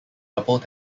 double